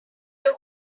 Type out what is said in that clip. you